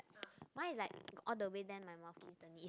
mine is like all the way then my mouth kiss the knees